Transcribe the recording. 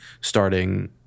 starting